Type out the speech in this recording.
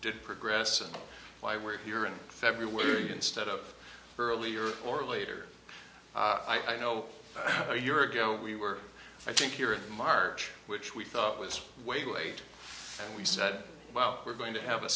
did progress and why we're here in february instead of earlier or later i know a year ago we were i think here in march which we thought was way too late and we said well we're going to have a